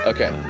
Okay